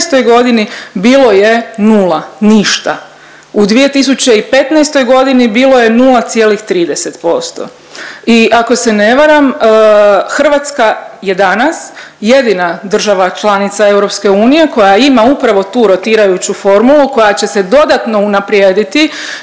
godini bilo je nula, ništa, u 2015. godini bilo je 0,30%. I ako se ne varam Hrvatska je danas jedina država članica EU koja ima upravo tu rotirajuću formulu koja će se dodatno unaprijediti